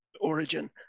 origin